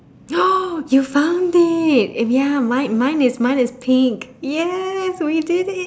you found it ya mine mine is mine is pink yes we did it